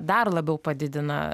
dar labiau padidina